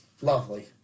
Lovely